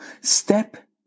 step